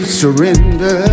surrender